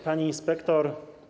Pani Inspektor!